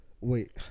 Wait